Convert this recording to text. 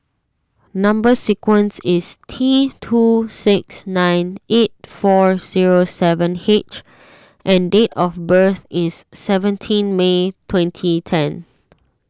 Number Sequence is T two six nine eight four zero seven H and date of birth is seventeen May twenty ten